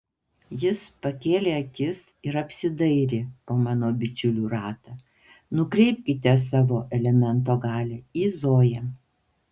jis pakėlė akis ir apsidairė po mano bičiulių ratą nukreipkite savo elemento galią į zoją